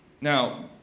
Now